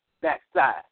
backside